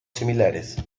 similares